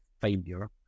failure